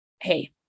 hey